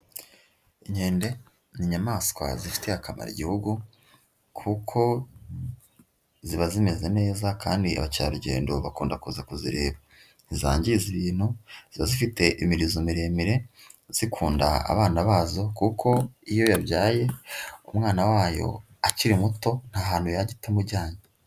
Inkende ni inyamaswa zifitiye akamaro igihugu kuko ziba zimeze neza kandi abakerarugendo bakunda kuza kuzireba, ntizangiza ibintu ziba zifite imirizo miremire, zikunda abana bazo kuko iyo yabyaye umwana wayo akiri muto nta hantu yajya itamujyanye.